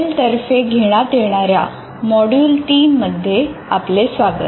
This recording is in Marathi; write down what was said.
टेल तर्फे घेण्यात येणार्या मॉड्यूल 3 मध्ये आपले स्वागत